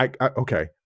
Okay